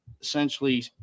essentially